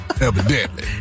evidently